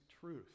truth